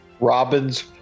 Robin's